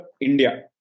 India